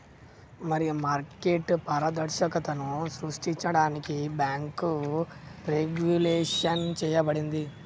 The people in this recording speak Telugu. మరి మార్కెట్ పారదర్శకతను సృష్టించడానికి బాంకు రెగ్వులేషన్ చేయబడింది